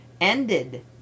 ended